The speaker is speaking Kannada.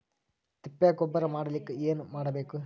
ತಿಪ್ಪೆ ಗೊಬ್ಬರ ಮಾಡಲಿಕ ಏನ್ ಮಾಡಬೇಕು?